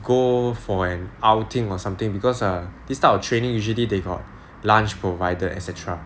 go for an outing or something because err this type of training usually they got lunch provided et cetera